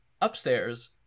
Upstairs